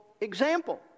example